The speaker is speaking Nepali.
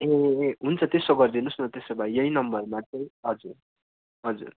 ए हुन्छ त्यसो गरिदिनुहोस् न त्यसो भए यही नम्बरमा चाहिँ हजुर हजुर